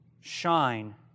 Shine